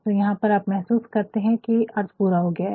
तो यहाँ पर हम महसूस कर सकते है कि अर्थ पूरा हो गया है